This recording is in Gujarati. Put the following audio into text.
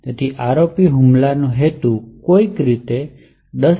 તેથી ROP હુમલાનો હેતુ કોઈક રીતે 10